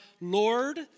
Lord